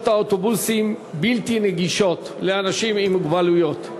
האוטובוסים בלתי נגישות לאנשים עם מוגבלויות.